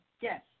Yes